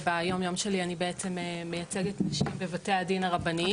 וביום יום שלי אני בעצם מייצגת נשים בבתי הדין הרבניים